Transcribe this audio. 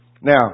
Now